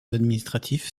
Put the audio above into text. administratifs